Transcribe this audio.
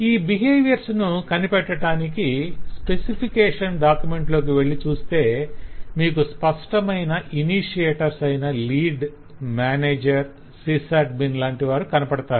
ఈ బిహేవియర్స్ ను కనిపెట్టటానికి స్పెసిఫికేషన్ డాక్యుమెంట్ లోకి వెళ్లి చూస్తే మీకు స్పష్టమైన ఇనిషియేటర్స్ అయిన లీడ్ మేనేజర్ సిస్ అడ్మిన్ లాంటి వారు కనపడతారు